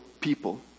people